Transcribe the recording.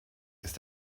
ist